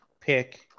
pick